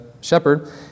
shepherd